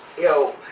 yo,